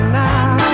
now